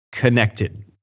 connected